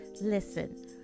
Listen